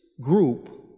group